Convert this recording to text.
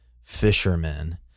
fishermen